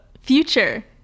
future